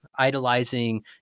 idolizing